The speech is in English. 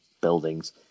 buildings